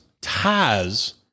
ties